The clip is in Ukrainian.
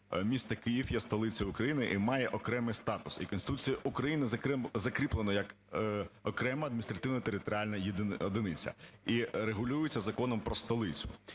місто Київ є столицею України і має окремий статус. І Конституцією України закріплено як окрема адміністративно-територіальна одиниця і регулюється Законом про столицю.